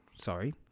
Sorry